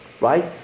right